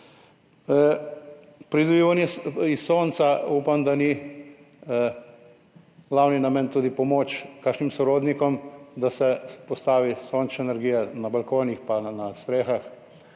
pridobivanju iz sonca upam, da ni glavni namen tudi pomoč kakšnim sorodnikom, da se vzpostavi sončna energija na balkonih pa na strehah,